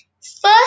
First